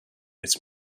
its